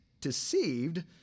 deceived